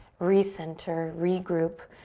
re-center, regroup.